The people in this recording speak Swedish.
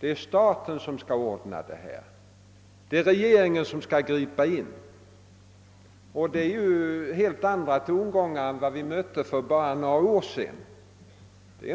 Det är staten som skall ordna saken, det är regeringen som skall gripa in. Detta är helt andra tongångar än vi hörde för bara några år sedan. Det är